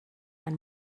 and